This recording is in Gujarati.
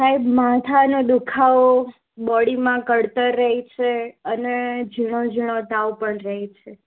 સાહેબ માથાનો દુઃખાવો બોડીમાં કળતર રહે છે અને ઝીણો ઝીણો તાવ પણ રહે છે